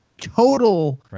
total